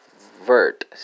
vert